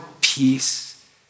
peace